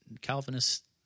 Calvinists